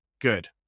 Good